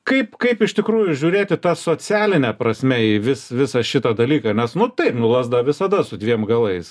kaip kaip iš tikrųjų žiūrėti ta socialine prasme į vis visą šitą dalyką nes nu taip nu lazda visada su dviem galais